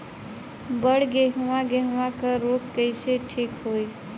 बड गेहूँवा गेहूँवा क रोग कईसे ठीक होई?